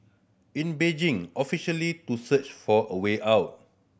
in Beijing officially to search for a way out